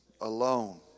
alone